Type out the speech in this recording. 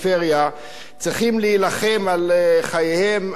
צריכים להילחם על חייהם התעסוקתיים,